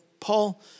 Paul